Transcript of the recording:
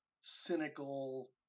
cynical